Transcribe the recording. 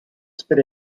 spit